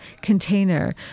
container